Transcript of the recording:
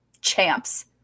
champs